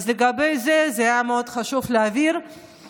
זה היה מאוד חשוב להבהיר את זה.